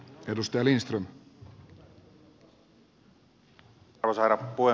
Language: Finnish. arvoisa herra puhemies